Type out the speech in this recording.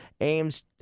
aims